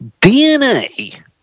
DNA